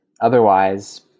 otherwise